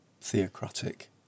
theocratic